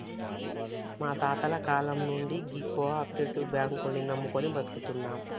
మా తాతల కాలం నుండి గీ కోపరేటివ్ బాంకుల్ని నమ్ముకొని బతుకుతున్నం